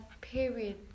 period